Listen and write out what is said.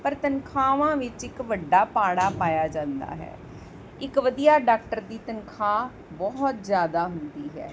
ਪਰ ਤਨਖਾਹਾਂ ਵਿੱਚ ਇੱਕ ਵੱਡਾ ਪਾੜਾ ਪਾਇਆ ਜਾਂਦਾ ਹੈ ਇੱਕ ਵਧੀਆ ਡਾਕਟਰ ਦੀ ਤਨਖਾਹ ਬਹੁਤ ਜ਼ਿਆਦਾ ਹੁੰਦੀ ਹੈ